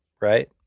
Right